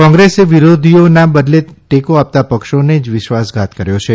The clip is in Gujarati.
કોંગ્રેસ વિરોધીઓના બદલે ટેકો આપતા પક્ષોને જ વિશ્વાસઘાત કર્યો છે